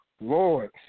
Lord